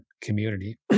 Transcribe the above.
community